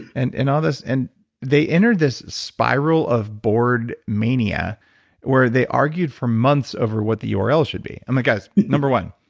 and and all this and they entered this spiral of bored mania where they argued for months over what the url should be i'm like, guys, no. one,